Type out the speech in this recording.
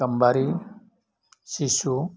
गाम्बारि सिसु